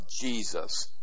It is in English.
Jesus